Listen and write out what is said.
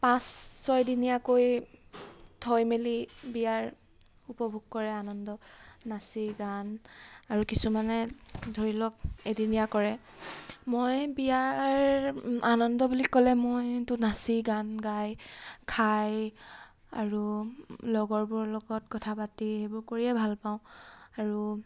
পাঁচ ছয় দিনীয়াকৈ থৈ মেলি বিয়াৰ উপভোগ কৰে আনন্দ নাচি গান আৰু কিছুমানে ধৰি লওক এদিনীয়া কৰে মই বিয়াৰ আনন্দ বুলি ক'লে মইতো নাচি গান গায় খাই আৰু লগৰবোৰৰ লগত কথা পাতি সেইবোৰ কৰিয়ে ভাল পাওঁ আৰু